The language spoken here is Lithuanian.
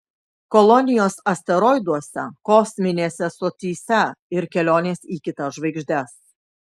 kolonijos asteroiduose kosminėse stotyse ir kelionės į kitas žvaigždes